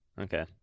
Okay